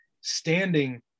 standing